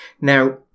Now